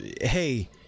hey